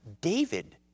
David